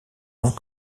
ans